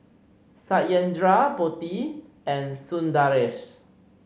Satyendra Potti and Sundaresh